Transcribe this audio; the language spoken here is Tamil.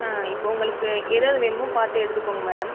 ஆ இப்போ உங்களுக்கு எது எது வேணுமோ பார்த்து எடுத்துக்கோங்க மேடம்